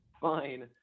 Fine